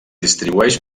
distribueix